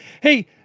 Hey